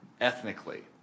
ethnically